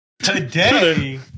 Today